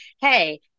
hey